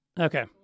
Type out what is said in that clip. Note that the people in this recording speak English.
Okay